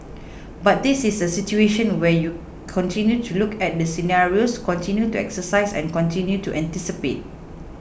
but this is a situation where you continue to look at the scenarios continue to exercise and continue to anticipate